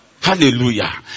Hallelujah